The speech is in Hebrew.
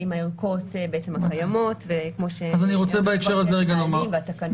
עם הערכות הקיימות --- הנהלים והתקנות.